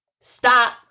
Stop